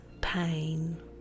pain